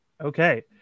Okay